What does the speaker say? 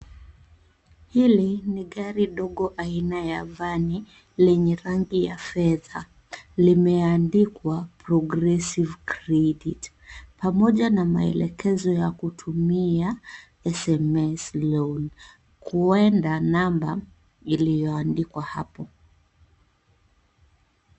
Hili ni gari ndogo aina ya vani leye rangi ya fedha. Limeandikwa Progressive Credit , pamoja na maelekezo ya kutumia SMS Loan kwenda namba iliyoandikwa hapo.